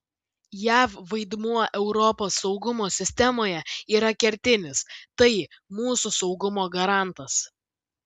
jav vaidmuo europos saugumo sistemoje yra kertinis tai mūsų saugumo garantas